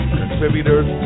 contributors